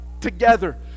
together